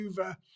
over